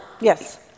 Yes